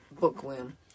Bookworm